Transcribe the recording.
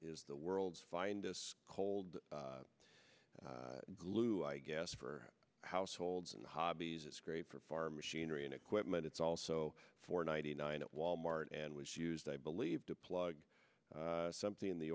is the world's find this cold glue i guess for households and hobbies it's great for farm machinery and equipment it's also for ninety nine at wal mart and was used i believe to plug something in the